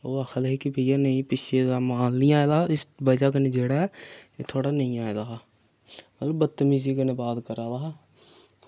ओह् आक्खन लग्गे नेईं भैया पिच्छें दा माल निं आए दा बजह ऐ कि जेह्ड़ा थुआढ़ा नेईं आए दा ऐ ते बदतमीजी कन्नै बात कराऽ दा हा